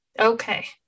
Okay